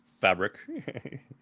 fabric